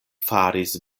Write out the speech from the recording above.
faris